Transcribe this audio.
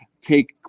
take